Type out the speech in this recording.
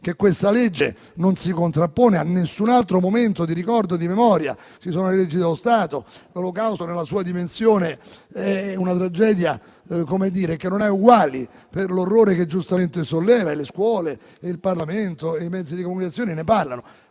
disegno di legge non si contrappone ad alcun altro momento di ricordo, di memoria. Ci sono leggi dello Stato. L'Olocausto, nella sua dimensione, è una tragedia che non ha uguali per l'orrore che giustamente solleva e le scuole, il Parlamento e i mezzi di comunicazione ne parlano.